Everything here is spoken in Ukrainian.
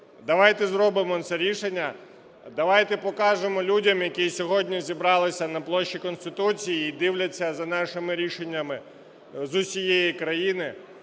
Давайте зробимо це рішення, давайте покажемо людям, які сьогодні зібралися на площі Конституції і дивляться за нашими рішеннями з усієї країни,